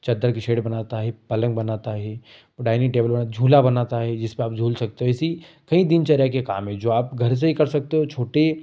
चद्दर की शेड बनाता है पलंग बनाता है डाइनिंग टेबल बना झूला बनाता है जिस पर आप झूल सकते हो इसी कई दिनचर्या के काम हैं जो आप घर से ही कर सकते हो छोटे